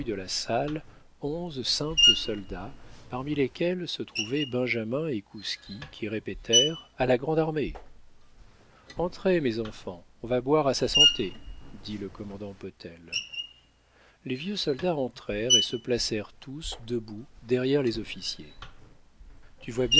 de la salle onze simples soldats parmi lesquels se trouvaient benjamin et kouski qui répétèrent à la grande-armée entrez mes enfants on va boire à sa santé dit le commandant potel les vieux soldats entrèrent et se placèrent tous debout derrière les officiers tu vois